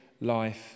life